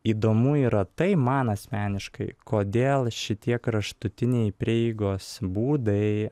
įdomu yra tai man asmeniškai kodėl šitie kraštutiniai prieigos būdai